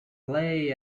play